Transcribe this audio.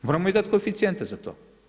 Moramo im dat koeficijente za to.